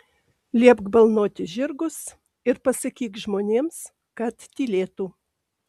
liepk balnoti žirgus ir pasakyk žmonėms kad tylėtų